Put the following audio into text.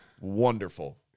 wonderful